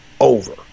over